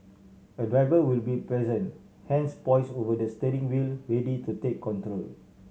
a driver will be present hands poised over the steering wheel ready to take control